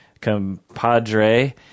compadre